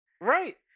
right